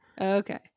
Okay